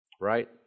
Right